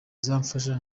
izamfasha